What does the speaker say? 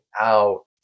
out